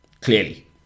Clearly